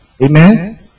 Amen